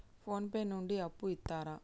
Phone pay నుండి అప్పు ఇత్తరా?